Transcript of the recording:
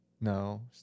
No